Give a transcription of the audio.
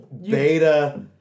beta